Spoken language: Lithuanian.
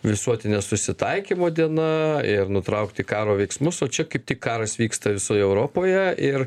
visuotine susitaikymo diena ir nutraukti karo veiksmus o čia kaip tik karas vyksta visoj europoje ir